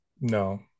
No